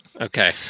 Okay